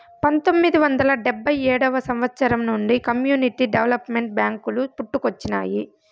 పంతొమ్మిది వందల డెబ్భై ఏడవ సంవచ్చరం నుండి కమ్యూనిటీ డెవలప్మెంట్ బ్యేంకులు పుట్టుకొచ్చినాయి